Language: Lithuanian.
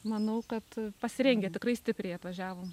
manau kad pasirengę tikrai stipriai atvažiavom